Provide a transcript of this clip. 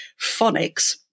phonics